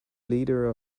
leader